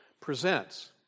presents